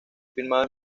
filmado